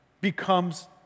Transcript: becomes